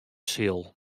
sil